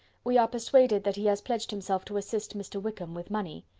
we are persuaded that he has pledged himself to assist mr. wickham with money.